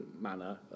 manner